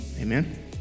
Amen